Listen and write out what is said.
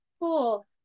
Cool